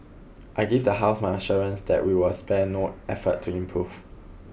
I give the House my assurance that we will spare no effort to improve